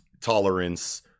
tolerance